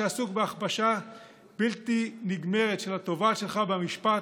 שעסוק בהכפשה בלתי נגמרת של התובעת שלך במשפט,